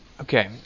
Okay